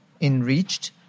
enriched